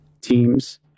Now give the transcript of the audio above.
teams